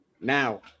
Now